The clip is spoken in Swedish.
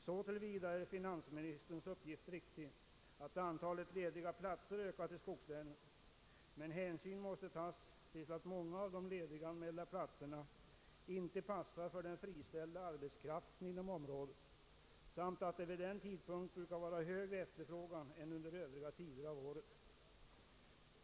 Så till vida är finansministerns uppgift riktig att antalet lediga platser ökat i skogslänen, men hänsyn måste tagas till att många av de lediganmälda platserna inte passar för den friställda arbetskraften inom området samt att det vid den tidpunkten brukar vara högre efterfrågan än under övriga tider av året.